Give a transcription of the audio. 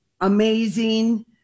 amazing